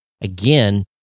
again